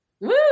Woo